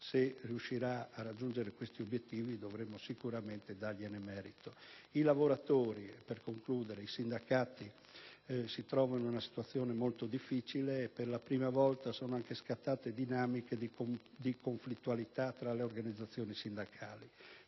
Se riuscirà a raggiungere tali obiettivi dovremo sicuramente dargliene merito. In conclusione, aggiungo che lavoratori e sindacati si trovano in una situazione molto difficile. Per la prima volta sono anche scattate dinamiche di conflittualità tra le organizzazioni sindacali,